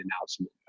announcement